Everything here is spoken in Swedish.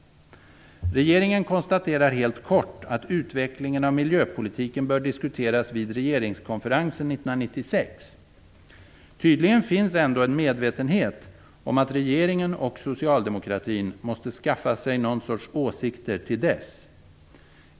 Regeringen konstaterar helt kort att utvecklingen av miljöpolitiken bör diskuteras vid regeringskonferensen 1996. Tydligen finns ändå en medvetenhet om att regeringen och socialdemokratin måste skaffa sig någon sorts åsikter till dess.